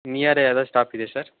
near ಯಾವ್ದರೂ stop ಇದೆಯಾ sir